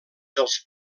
dels